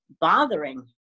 bothering